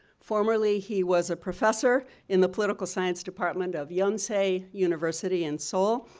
formerly he was a professor in the political science department of yonsei university in seoul.